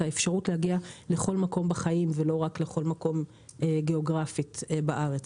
האפשרות להגיע לכל מקום בחיים ולא רק לכל מקום גיאוגרפית בארץ.